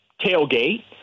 tailgate